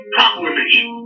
Proclamation